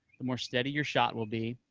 the more steady your shot will be.